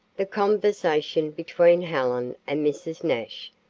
the conversation between helen and mrs. nash,